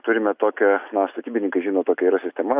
turime tokią na statybininkai žino tokia yra sistema